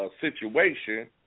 situation